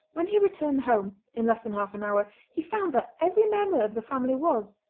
when he returned home, in less than half-an-hour, he found that every member of the family was,